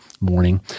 morning